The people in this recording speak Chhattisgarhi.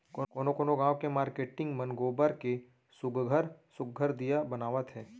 कोनो कोनो गाँव के मारकेटिंग मन गोबर के सुग्घर सुघ्घर दीया बनावत हे